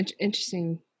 interesting